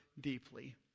deeply